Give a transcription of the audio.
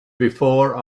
before